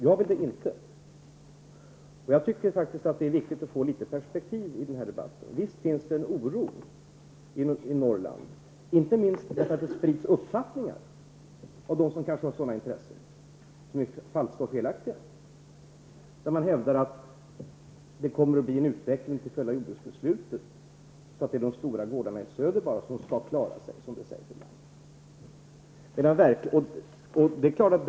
Jag vill det inte. Det är viktigt att få litet perspektiv i den här debatten. Det finns en oro inom Norrland, inte minst därför att det sprids uppfattningar som är falska och felaktiga av dem som har intresse av det. Man hävdar att utvecklingen till följd av jordbruksbeslutet kommer att bli sådan att bara de stora gårdarna i söder kommer att klara sig.